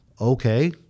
okay